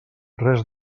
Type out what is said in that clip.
res